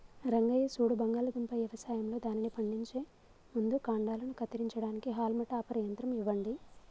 రంగయ్య సూడు బంగాళాదుంప యవసాయంలో దానిని పండించే ముందు కాండలను కత్తిరించడానికి హాల్మ్ టాపర్ యంత్రం ఇవ్వండి